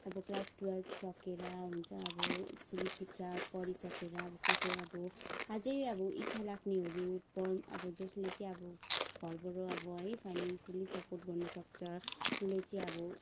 अब class twelve सकेर हुन्छ अब स्कुली शिक्षा पढिसकेर कसै अब अझै अब इच्छा लाग्नेहरू पढ जसले चाहिँ अब घरबाट अब है फाइनेनसियली सपोर्ट गर्न सक्छ उसलाई चाहिँ अब